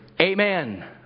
Amen